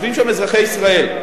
יושבים שם אזרחי ישראל.